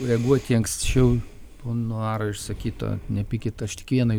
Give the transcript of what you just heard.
reaguoti į anksčiau pono aro išsakyto nepykit aš tik vienai